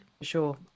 Sure